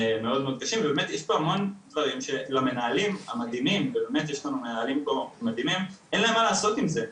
ובאמת יש פה המון דברים שלמנהלים המדהימים אין מה לעשות עם זה.